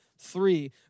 Three